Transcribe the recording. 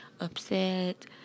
upset